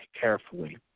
carefully